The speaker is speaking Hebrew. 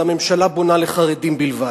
אבל הממשלה בונה לחרדים בלבד.